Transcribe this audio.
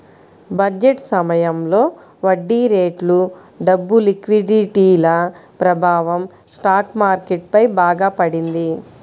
budget సమయంలో వడ్డీరేట్లు, డబ్బు లిక్విడిటీల ప్రభావం స్టాక్ మార్కెట్ పై బాగా పడింది